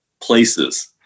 places